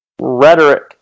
rhetoric